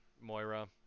Moira